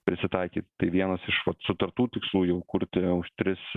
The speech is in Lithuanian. prisitaikyt tai vienas iš sutartų tikslų jau kurti už tris